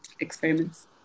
experiments